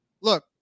look